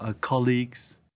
colleagues